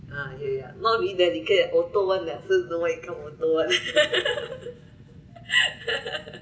ah ya ya not only dedicate auto [one] there's still become auto [one]